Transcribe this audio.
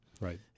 right